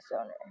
owner